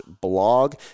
blog